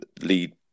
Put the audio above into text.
lead